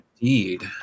indeed